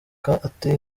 ati